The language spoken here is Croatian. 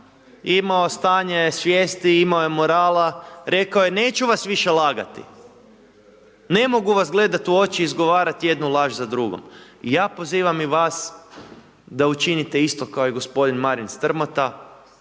imao stanje svijesti, imao je morala, rekao je neću vas više lagati, ne mogu vas gledati u oči i izgovarati jednu laž za drugom. Ja pozivam i vas da učinite isto kao i gospodin Marin Strmota,